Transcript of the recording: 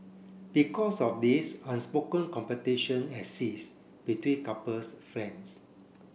because of this unspoken competition exists between couples friends